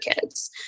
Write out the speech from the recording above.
kids